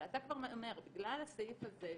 אבל אתה כבר אומר שבגלל הסעיף הזה,